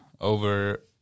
over